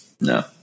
No